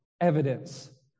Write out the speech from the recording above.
evidence